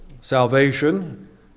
salvation